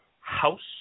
House